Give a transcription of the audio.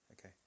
Okay